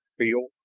feel,